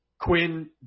Quinn